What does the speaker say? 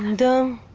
don't